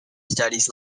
studies